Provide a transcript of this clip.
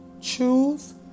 Choose